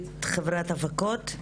מנכ"לית חברת הפקות,